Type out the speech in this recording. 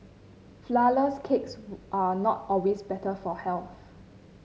flourless cakes are not always better for health